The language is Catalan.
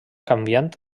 canviant